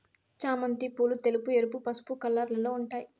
చామంతి పూలు తెలుపు, ఎరుపు, పసుపు కలర్లలో ఉంటాయి